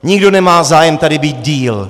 Nikdo nemá zájem tady být déle.